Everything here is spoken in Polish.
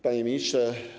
Panie Ministrze!